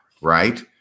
right